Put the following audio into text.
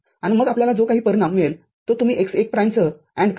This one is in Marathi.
आणि मग आपल्याला जो काही परिणाम मिळेल तो तुम्ही x १ प्राइमसह AND करा